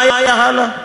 מה היה הלאה?